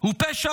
הוא פשע